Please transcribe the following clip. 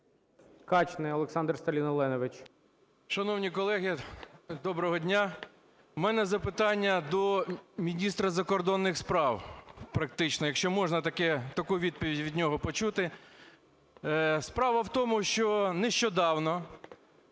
Качний Олександр Сталіноленович. 10:43:16 КАЧНИЙ О.С. Шановні колеги, доброго дня! У мене запитання до міністра закордонних справ практично, якщо можна таку відповідь від нього почути. Справа в тому, що нещодавно